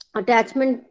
attachment